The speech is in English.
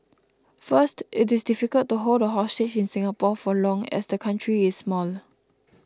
first it is difficult to hold a hostage in Singapore for long as the country is small